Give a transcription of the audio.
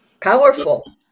powerful